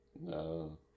No